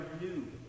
new